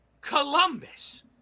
Columbus